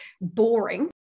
boring